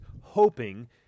hoping